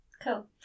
Cool